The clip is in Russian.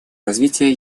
развитие